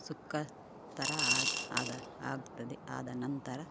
ಸುಕ್ಕ ಥರ ಆಗಿ ಆದ ಆಗ್ತದೆ ಆದ ನಂತರ